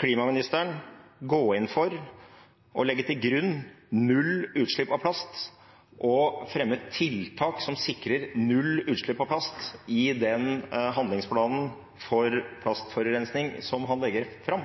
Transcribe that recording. klimaministeren gå inn for å legge til grunn null utslipp av plast og fremme tiltak som sikrer null utslipp av plast, i den handlingsplanen mot plastforurensning som han legger fram?